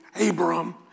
Abram